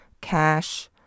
cash